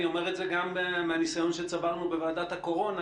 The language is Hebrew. אני אומר את זה גם מהניסיון שצברנו בוועדת הקורונה,